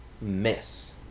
miss